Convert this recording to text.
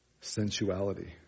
Sensuality